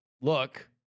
look